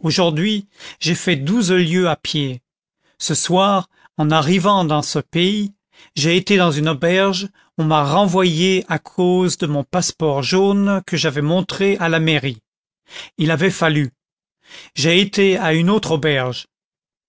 aujourd'hui j'ai fait douze lieues à pied ce soir en arrivant dans ce pays j'ai été dans une auberge on m'a renvoyé à cause de mon passeport jaune que j'avais montré à la mairie il avait fallu j'ai été à une autre auberge